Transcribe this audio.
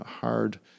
hard